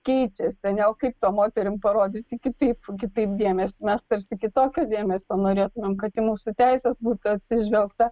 keičiasi ar ne o kaip toč moterims parodyti kitaip kitaip dėmesį mes tarsi kitokio dėmesio norėtumėm kad į mūsų teises būtų atsižvelgta